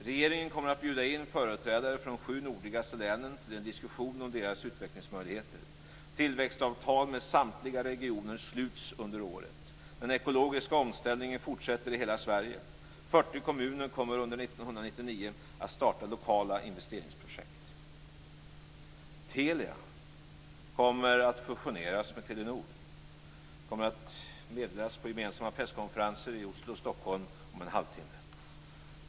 Regeringen kommer att bjuda in företrädare från de sju nordligaste länen till en diskussion om deras utvecklingsmöjligheter. Tillväxtavtal med samtliga regioner sluts under året. Den ekologiska omställningen fortsätter i hela Sverige. 40 kommuner kommer under 1999 att starta lokala investeringsprojekt. Telia kommer att fusioneras med Telenor. Det kommer att meddelas på gemensamma presskonferenser i Oslo och Stockholm om en halvtimme.